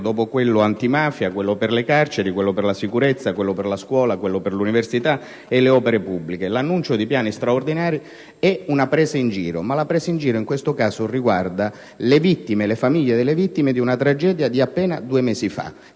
dopo quelli antimafia, per le carceri, la sicurezza, la scuola, l'università e le opere pubbliche. L'annuncio di piani straordinari è una presa in giro. Ma la presa in giro in questo caso riguarda le vittime e le famiglie delle vittime di una tragedia di appena due mesi fa.